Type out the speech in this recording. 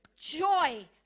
joy